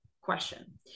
question